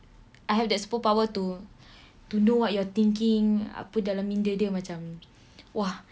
I have that superpower to to know what you're thinking apa dalam minda dia macam !wah!